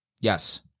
Yes